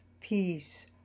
peace